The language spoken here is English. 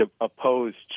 opposed